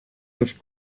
with